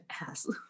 ass